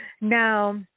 Now